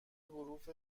حروف